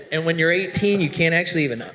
and when your eighteen you can't actually even ah,